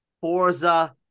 Forza